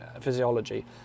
physiology